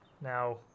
Now